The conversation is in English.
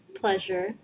pleasure